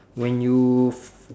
when you